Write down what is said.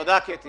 תודה, קטי.